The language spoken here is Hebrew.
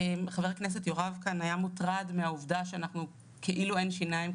חבר הכנסת יוראי כאן היה מוטרד שכאילו אין שיניים,